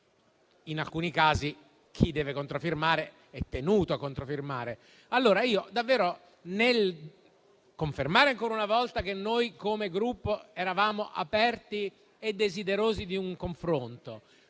in alcuni casi chi deve controfirmare è tenuto a controfirmare. Nel confermare, ancora una volta, che noi come Gruppo eravamo aperti e desiderosi di un confronto;